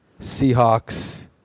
Seahawks